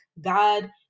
God